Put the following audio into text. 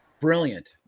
Brilliant